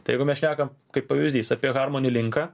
tai jeigu mes šnekam kaip pavyzdys apie harmoni linką